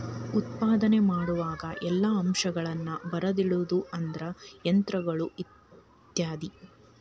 ಉತ್ಪಾದನೆ ಮಾಡುವಾಗ ಎಲ್ಲಾ ಅಂಶಗಳನ್ನ ಬರದಿಡುದು ಅಂದ್ರ ಯಂತ್ರಗಳು ಇತ್ಯಾದಿ